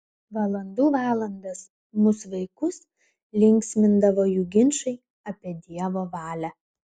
valandų valandas mus vaikus linksmindavo jų ginčai apie dievo valią